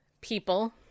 people